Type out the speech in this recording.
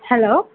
hello